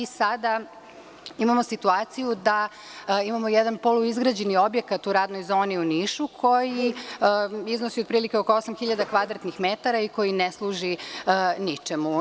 Sada imamo situaciju da imamo jedan poluizgrađeni objekat u radnoj zoni u Nišu, koji iznosi oko 8.000 m2 i koji ne služi ničemu.